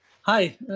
Hi